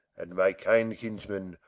and my kind kinsman,